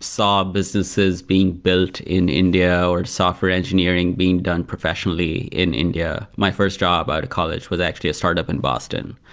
saw businesses being built in india, or software engineering being done professionally in india. my first job out of college was actually a startup in boston.